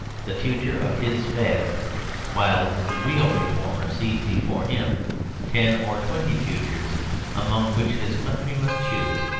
the future of his fad while the real reformer sees before him ten or twenty futures among which his country must choose,